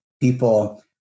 people